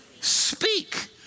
speak